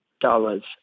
dollars